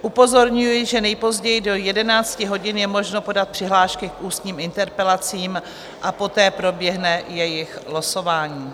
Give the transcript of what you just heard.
Upozorňuji, že nejpozději do 11 hodin je možno podat přihlášky k ústním interpelacím a poté proběhne jejich losování.